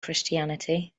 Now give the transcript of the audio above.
christianity